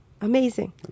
Amazing